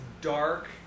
dark